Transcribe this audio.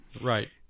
Right